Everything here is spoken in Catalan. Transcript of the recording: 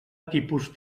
tipus